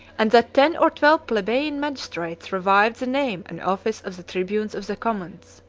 and that ten or twelve plebeian magistrates revived the name and office of the tribunes of the commons.